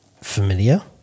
familiar